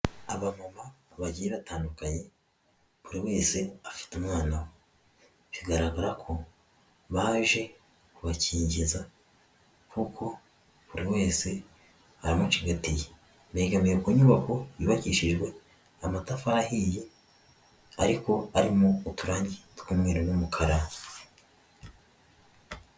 Abamama bagiye batandukanye, buri wese afite umwana we, bigaragara ko baje kubakingiza kuko buri wese aramucigatiye, begamiye ku nyubako yubakishijwe amatafari ahiye ariko arimo uturangi tw'umweru n'umukara.